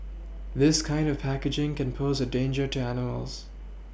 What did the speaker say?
this kind of packaging can pose a danger to animals